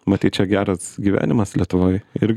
matyt čia geras gyvenimas lietuvoj ir